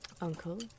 Uncle